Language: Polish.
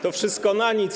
To wszystko na nic.